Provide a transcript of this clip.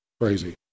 Crazy